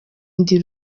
ndi